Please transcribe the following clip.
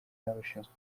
n’abashinzwe